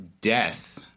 death